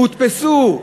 הודפסו.